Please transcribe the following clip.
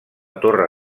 torre